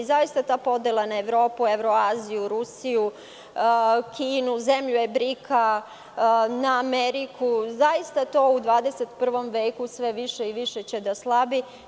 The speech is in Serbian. Zaista, ta podela na Evropu, Evroaziju, Rusiju, Kinu, zemlje BRIK-a, na Ameriku, to u 21. veku sve više i više će da slabi.